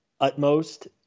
utmost